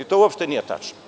To uopšte nije tačno.